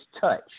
touch